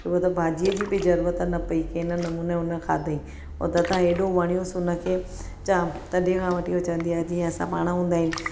हूअं त भाॼीअ जी बि ज़रूरत न पेई कि न न उन उन खाधाईं हो त तां हेॾो वणियुसि हुनखे जामु तॾहिं खां वठी हू चवंदी आहे जीअं असां पाण हूंदा आहियूं